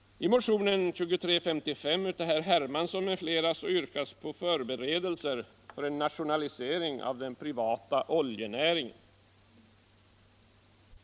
I motionen 2355 av herr Hermansson m.fl. yrkas på förberedelser för en nationalisering av den privata oljenäringen.